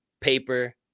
paper